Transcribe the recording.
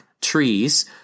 trees